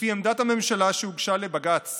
לפי עמדת הממשלה שהוגשה לבג"ץ